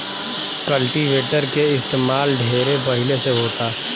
cultivator के इस्तमाल ढेरे पहिले से होता